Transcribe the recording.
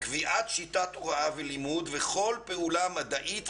קביעת שיטת הוראה ולימוד וכל פעולה מדעית,